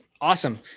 Awesome